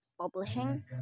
publishing